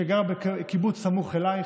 שגרה בקיבוץ סמוך אלייך,